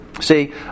See